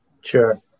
Sure